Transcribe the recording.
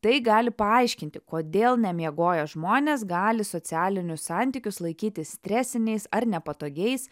tai gali paaiškinti kodėl nemiegoję žmonės gali socialinius santykius laikyti stresiniais ar nepatogiais